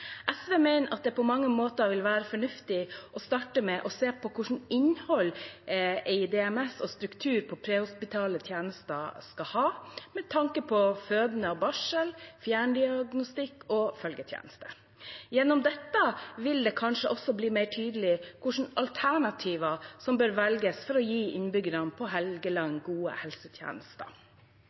SV mener at det på mange måter vil være fornuftig å starte med å se på hva slags innhold DMS og struktur på prehospitale tjenester skal ha, med tanke på fødende og barsel, fjerndiagnostikk og følgetjeneste. Gjennom dette vil det kanskje også bli mer tydelig hvilke alternativer som bør velges for å gi innbyggerne på Helgeland gode helsetjenester.